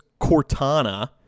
cortana